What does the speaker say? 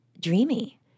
dreamy